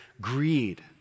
greed